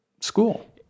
school